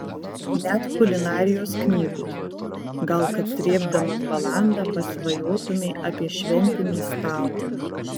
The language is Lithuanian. net kulinarijos knygos gal kad srėbdamas balandą pasvajotumei apie šventinį stalą